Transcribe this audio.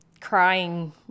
crying